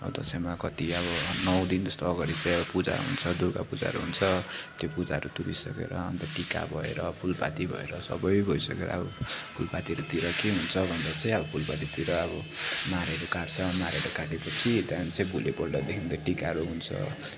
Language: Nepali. अब दसैँमा कत्ति अब नौ दिनजस्तो अगाडि चाहिँ अब पूजा हुन्छ दुर्गा पूजाहरू हुन्छ त्यो पूजाहरू तुरिइसकेर अन्त टिका भएर फुलपाती भएर सबै भइसकेर अब फुलपातीहरूतिर के हुन्छ भन्दा चाहिँ अब फुलपातीतिर अब मारहरू काट्छ मारहरू काटेपछि त्यहाँदेखि चाहिँ भोलिपल्टदेखि त टिकाहरू हुन्छ